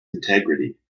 integrity